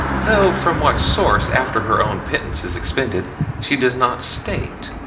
though from what source after her own pittance is expended she does not state.